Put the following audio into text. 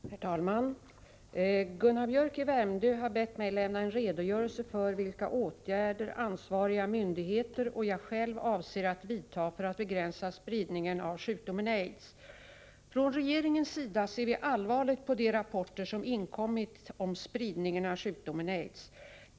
Herr talman! Gunnar Biörck i Värmdö har bett mig lämna en redogörelse för vilka åtgärder ansvariga myndigheter och jag själv avser att vidta för att begränsa spridningen av sjukdomen AIDS. Från regeringens sida ser vi allvarligt på de rapporter som inkommit om spridningen av sjukdomen AIDS.